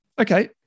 Okay